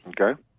Okay